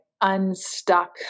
unstuck